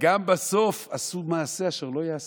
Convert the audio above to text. וגם בסוף עשו מעשה אשר לא ייעשה: